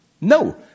No